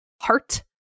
Heart